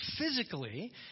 physically